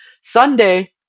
Sunday